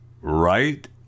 right